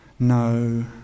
No